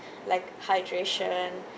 like hydration